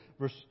verse